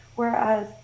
Whereas